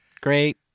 Great